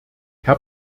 herr